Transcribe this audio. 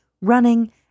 running